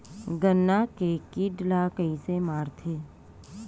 गन्ना के कीट ला कइसे मारथे?